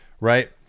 right